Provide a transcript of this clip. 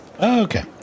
Okay